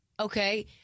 Okay